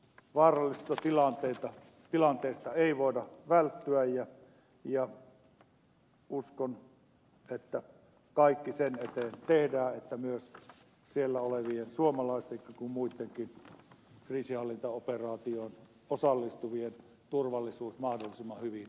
tietysti vaarallisilta tilanteilta ei voida välttyä ja uskon että kaikki sen eteen tehdään että myös siellä olevien niin suomalaisten kuin muittenkin kriisinhallintaoperaatioon osallistuvien turvallisuus mahdollisimman hyvin turvataan